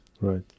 Right